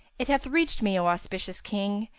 it hath reached me, o auspicious king,